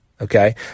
okay